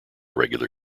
regular